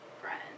friend